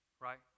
Right